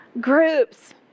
Groups